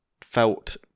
felt